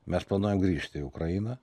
mes planuojam grįžti į ukrainą